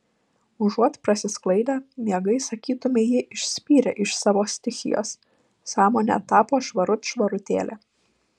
užuot prasisklaidę miegai sakytumei jį išspyrė iš savo stichijos sąmonė tapo švarut švarutėlė